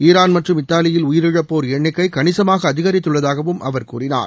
Iran மற்றும் இத்தாலியில் உயிரிழப்போர் எண்ணிக்கை கணிசமாக அதிகரித்துள்ளதாகவும் அவர் கூறினார்